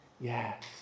yes